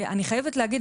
אני חייבת להגיד,